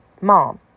Mom